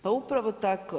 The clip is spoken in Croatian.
Pa upravo tako.